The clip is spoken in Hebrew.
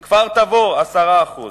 כפר-תבור, 10%,